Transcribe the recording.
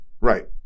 Right